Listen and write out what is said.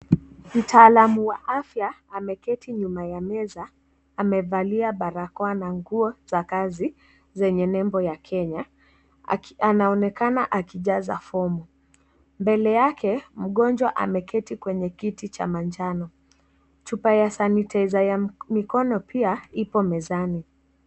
Mtaalamu wa afya ameketi nyuma ya meza amevalia barakoa na nguo za kazi zenye nembo ya Kenya , anaonekana akijaza fomu. Mbele yake mgonjwa ameketi kwenye kiti cha manjano chupa ya sanitizer ya mikono pia iko mezani.